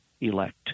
elect